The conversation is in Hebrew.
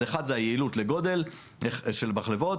אז אחד זה היעילות לגודל של מחלבות,